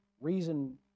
reason